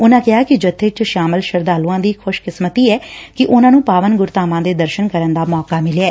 ਉਨੂਾ ਕਿਹਾ ਕਿ ਜੱਬੇ ਚ ਸ਼ਾਮਲ ਸ਼ਰਧਾਲੂਆਂ ਦੀ ਖੁਸ਼ਕਿਸਮਤੀ ਐ ਕਿ ਉਨੂਾਂ ਨੂੰ ਪਾਵਨ ਗੁਰਧਾਮਾਂ ਦੇ ਦਰਸ਼ਨ ਕਰਨ ਦਾ ਮੌਕਾ ਮਿਲਿਆ ਐ